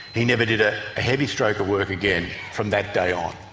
he never did a heavy stroke of work again from that day on.